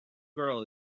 girl